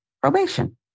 probation